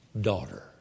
Daughter